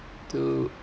to